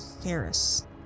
Ferris